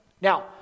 Now